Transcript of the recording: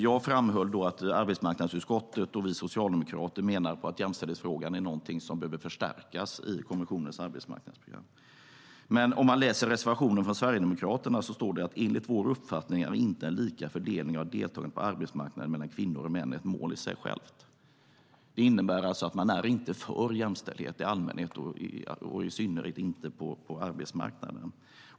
Jag framhöll att arbetsmarknadsutskottet och vi socialdemokrater menar att jämställdhetsfrågan är någonting som behöver förstärkas i kommissionens arbetsmarknadsprogram, men i reservationen från Sverigedemokraterna står det: "Enligt vår uppfattning är inte en lika fördelning av deltagandet på arbetsmarknaden mellan kvinnor och män ett mål i sig självt. "Det innebär alltså att de inte är för jämställdhet i allmänhet, och i synnerhet inte på arbetsmarknaden.